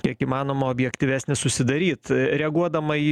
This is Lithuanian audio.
kiek įmanoma objektyvesnį susidaryt reaguodama į